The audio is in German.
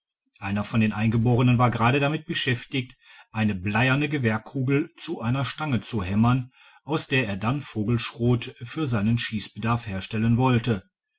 einer von den eingeborenen war gerade damit beschäftigt eine bleierne gewehrkugel zu einer stange zu hämmern aus der er dann vogelschrot für seinen schiessbedarf herstellen wollte